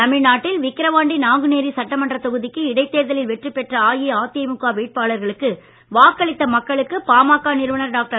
தமிழ்நாட்டில் விக்கரவாண்டி நாங்குநேரி சட்டமன்ற தொகுதிக்கு இடைத்தேர்தலில் வெற்றி பெற்ற அஇஅதிமுக வேட்பாளர்களுக்கு வாக்களித்த மக்களுக்கு பாமக நிறுவனர் டாக்டர்